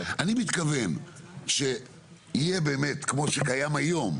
אני מתכוון שיהיה באמת כמו שקיים היום,